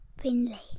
Finley